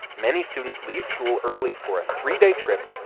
many students leave school early for a three-day trip